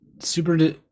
Super